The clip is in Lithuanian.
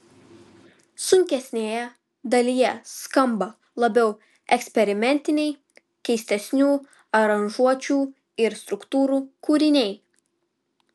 sunkesnėje dalyje skamba labiau eksperimentiniai keistesnių aranžuočių ir struktūrų kūriniai